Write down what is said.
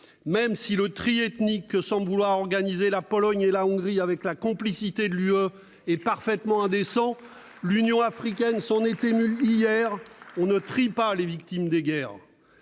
même si le tri ethnique que semblent vouloir organiser la Pologne et la Hongrie avec la complicité de l'Union européenne est parfaitement indécent. L'Union africaine s'en est émue hier : on ne trie pas les victimes des guerres